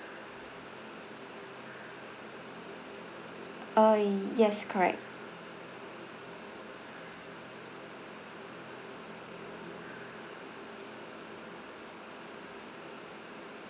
uh yes correct